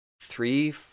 three